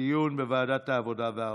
דיון בוועדת העבודה והרווחה.